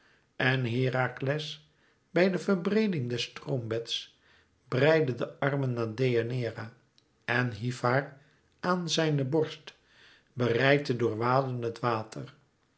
en herakles bij de verbreeding des stroombeds breidde de armen naar deianeira en hief haar aan zijne borst bereid te doorwaden het water